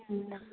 ल